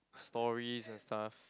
stories and stuff